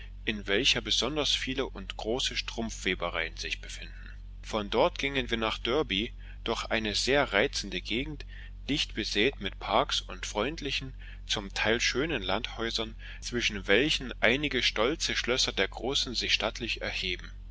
in welcher besonders viele und große strumpfwebereien sich befinden von dort gingen wir nach derby durch eine sehr reizende gegend dicht besät mit parks und freundlichen zum teil schönen landhäusern zwischen welchen einige stolze schlösser der großen sich stattlich erheben